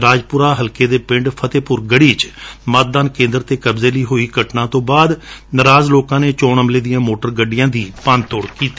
ਰਾਜਪੁਰਾ ਹਲਕੇ ਦੇ ਪਿੰਡ ਫਤਹਿਪੁਰ ਗੜ੍ਹੀ ਵਿਚ ਮਤਦਾਨ ਕੇਂਦਰ ਤੇ ਕਬਜ਼ੇ ਲਈ ਹੋਈ ਇਕ ਘਟਣਾ ਤੋਂ ਬਾਅਦ ਨਰਾਜ਼ ਲੋਕਾਂ ਨੇ ਚੋਣ ਅਮਲੇ ਦੀਆਂ ਮੋਟਰ ਗੱਡੀਆਂ ਦੀ ਭਨ ਤੋੜ ਕੀਤੀ